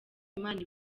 imana